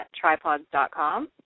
tripods.com